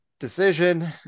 Decision